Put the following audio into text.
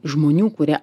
žmonių kurie